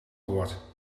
wordt